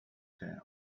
town